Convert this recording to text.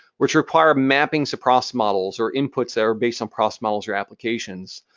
which require mappings across models or inputs that are based on cross models or applications.